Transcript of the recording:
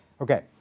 Okay